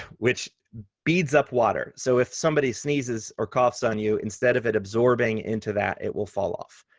which beads up water. so if somebody sneezes or coughs on you, instead of it absorbing into that, it will fall off.